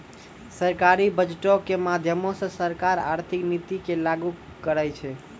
सरकारी बजटो के माध्यमो से सरकार आर्थिक नीति के लागू करै छै